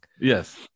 yes